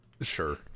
Sure